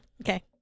Okay